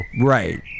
Right